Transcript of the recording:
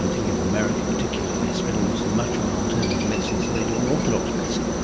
um thinking of america particularly, spend almost as much on alternative medicines as they do on orthodox medicine.